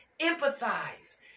Empathize